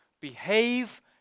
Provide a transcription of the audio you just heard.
behave